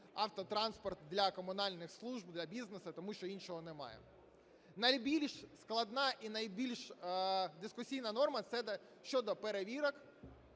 автотранспорт для комунальних служб, для бізнесу, тому що іншого немає. Найбільш складна і найбільш дискусійна норма – це щодо перевірок